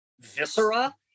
viscera